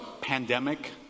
pandemic